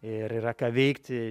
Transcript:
ir yra ką veikti